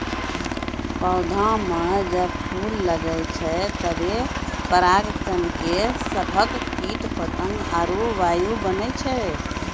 पौधा म जब फूल लगै छै तबे पराग कण के सभक कीट पतंग आरु वायु बनै छै